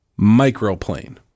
microplane